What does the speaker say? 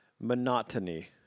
monotony